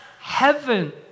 heaven